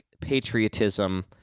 patriotism